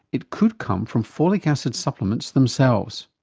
it could come from folic acid supplements themselves.